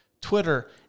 Twitter